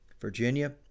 Virginia